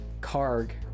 karg